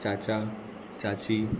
चाचा चाची